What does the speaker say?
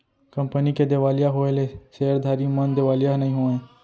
company के देवालिया होएले सेयरधारी मन देवालिया नइ होवय